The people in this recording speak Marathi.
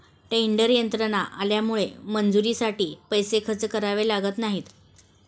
टेडर यंत्र आल्यामुळे मजुरीसाठी पैसे खर्च करावे लागत नाहीत